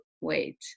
wait